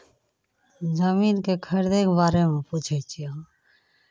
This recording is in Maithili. जमीनकेँ खरीदैके बारेमे पूछै छियै अहाँ